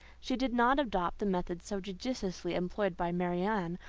she did not adopt the method so judiciously employed by marianne,